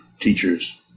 teachers